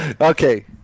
Okay